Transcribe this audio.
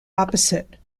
opposite